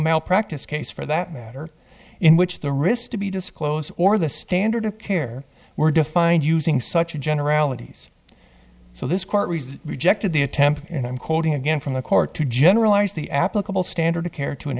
malpractise case for that matter in which the risk to be disclosed or the standard of care were defined using such a generalities so this court resists rejected the attempt and i'm quoting again from the court to generalize the applicable standard of care to an